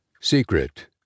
Secret